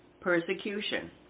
Persecution